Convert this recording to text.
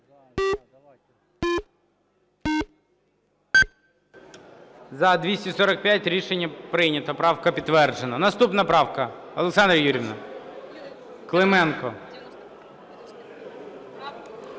За – 245. Рішення прийнято. Правка підтверджена. Наступна правка – Олександра Юріївна. Клименко.